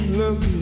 look